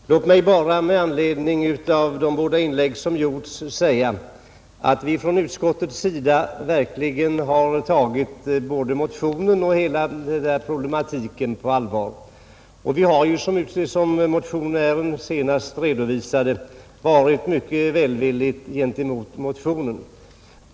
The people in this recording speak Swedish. Herr talman! Låt mig bara med anledning av de två inlägg som gjorts säga att vi från utskottets sida verkligen har tagit både motionen och hela den här problematiken på allvar. Och vi har ju, som en av motionärerna senast redovisade, varit mycket välvilliga mot motionen.